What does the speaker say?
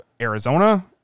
Arizona